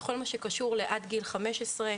בכל מה שקשור לעד גיל 15,